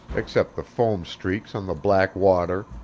except the foam-streaks on the black water,